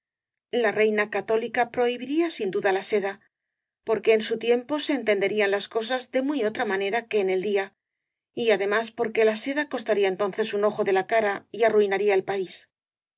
la reina cató lica prohibiría sin duda la seda porque en su tiempo se entenderían las cosas de muy otra ma nera que en el día y además porque la seda cos taría entonces un ojo de la cara y arruinaría al país